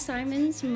Simon's